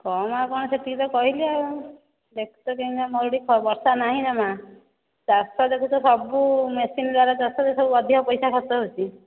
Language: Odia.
କମ୍ ଆଉ କ'ଣ ସେତିକି ତ କହିଲି ଆଉ ଏତେ ଦିନ ହେଲା ମରୁଡ଼ି ବର୍ଷା ନାହିଁ ଜମା ଚାଷ ଦେଖୁଛ ସବୁ ମେସିନ୍ ଦ୍ୱାରା ଚାଷରେ ସବୁ ଅଧିକା ପଇସା ଖର୍ଚ୍ଚ ହେଉଛି